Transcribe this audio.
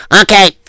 Okay